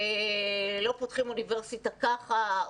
לא פותחים אוניברסיטה ככה.